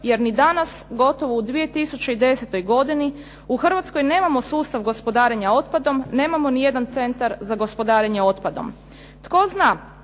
jer ni danas gotovo u 2010. godini u Hrvatskoj nemamo sustav gospodarenja otpadom, nemamo ni jedan centar za gospodarenje otpadom. Tko zna,